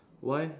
why